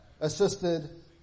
assisted